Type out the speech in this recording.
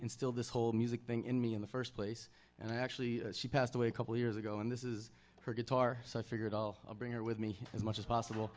instilled this whole music thing in me in the first place and actually she passed away a couple years ago and this is her guitar so i figured i'll bring her with me as much as possible